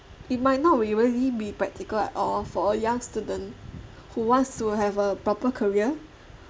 it might not really be practical at all for a young student who wants to have a proper career